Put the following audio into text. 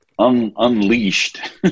unleashed